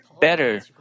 better